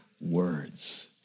words